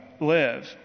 live